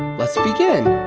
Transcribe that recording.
let's begin.